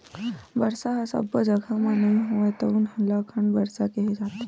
बरसा ह सब्बो जघा म नइ होवय तउन ल खंड बरसा केहे जाथे